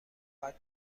بود